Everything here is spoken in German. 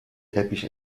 teppich